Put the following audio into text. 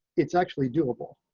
it's actually doable.